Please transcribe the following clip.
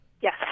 Yes